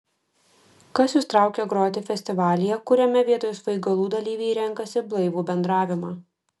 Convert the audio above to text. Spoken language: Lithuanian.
kas jus traukia groti festivalyje kuriame vietoj svaigalų dalyviai renkasi blaivų bendravimą